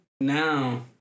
Now